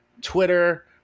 Twitter